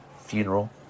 Funeral